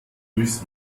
durchs